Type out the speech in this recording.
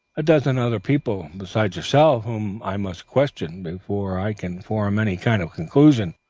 a dozen other people besides yourself whom i must question, before i can form any kind of conclusion.